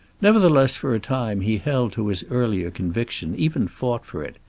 nevertheless for a time he held to his earlier conviction, even fought for it.